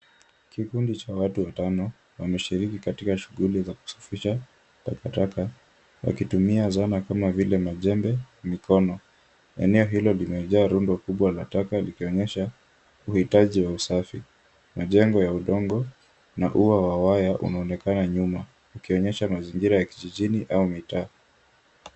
Kikundi cha watu watano wameshiriki katika shughuli za kusafisha takataka wakitumia zana kama vile majembe na mikono. Eneo hilo limejaa rundu kubwa la taka likionyesha uhitaji wa usafi. Majengo ya udongo na ua wa waya umeonakana nyuma, ukionyesha mazingira ya kijijini au mitaa.